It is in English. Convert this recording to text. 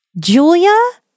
Julia